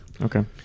Okay